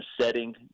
setting